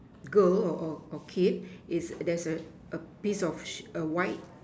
girl or or or kid is there's a a piece of sheet white